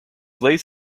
lays